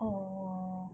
oh